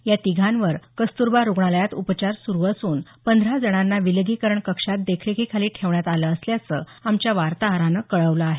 या तिघांवर कस्तुरबा रुग्णालयात उपचार सुरू असून पंधरा जणांना विलगीकरण कक्षात देखरेखीखाली ठेवण्यात आलं असल्याचं आमच्या वार्ताहरानं कळवलं आहे